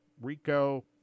Rico